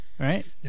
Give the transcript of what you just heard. Right